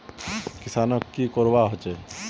किसानोक की करवा होचे?